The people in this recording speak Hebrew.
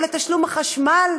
או לתשלום החשמל,